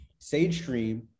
SageStream